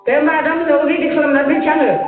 दे होमब्ला दा मोनायाव रेडि खालामना दोनसै आङो